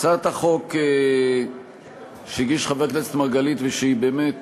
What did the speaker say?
הצעת החוק שהגיש חבר הכנסת מרגלית היא באמת